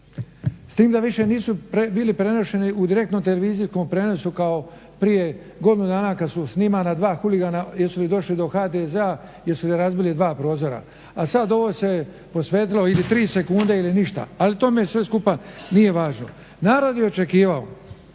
s tim da više nisu bili prenošeni u direktnom televizijskom prijenosu prije godinu dana kada su snimana dva huligana jesu li došli do HDZ-a jesu li razbili dva prozora, a sada se ovom se posvetilo ili 3 sekunde ili ništa. Ali meni sve skupa nije važno. Narod je očekivao